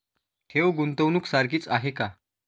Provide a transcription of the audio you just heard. ठेव, गुंतवणूक सारखीच आहे का?